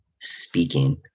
speaking